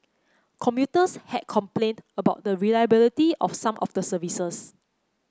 commuters had complained about the reliability of some of the services